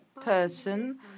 person